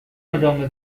ادامه